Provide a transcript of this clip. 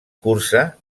cursa